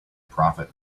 profit